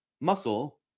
muscle